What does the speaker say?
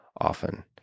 often